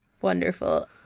wonderful